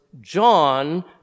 John